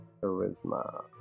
Charisma